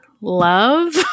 love